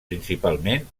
principalment